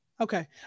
Okay